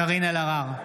קארין אלהרר,